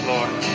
Lord